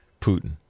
Putin